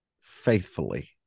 faithfully